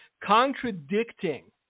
contradicting